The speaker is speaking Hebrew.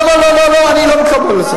לא לא לא לא, אני לא מקבל את זה.